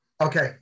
Okay